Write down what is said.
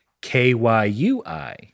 K-Y-U-I